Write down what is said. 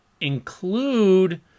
include